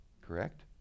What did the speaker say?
correct